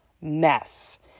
mess